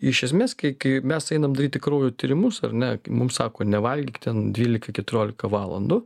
iš esmės kai kai mes einam daryti kraujo tyrimus ar ne mums sako nevalgyk ten dvylika keturiolika valandų